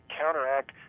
counteract